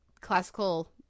classical